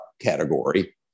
category